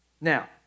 Now